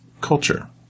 culture